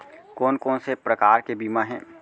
कोन कोन से प्रकार के बीमा हे?